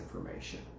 information